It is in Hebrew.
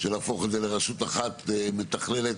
שלהפוך את זה לרשות אחת מתכללת.